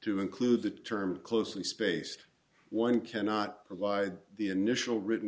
to include the term closely spaced one cannot provide the initial written